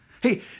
Hey